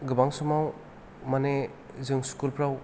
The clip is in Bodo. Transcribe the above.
गोबां समाव माने जों स्कुलफ्राव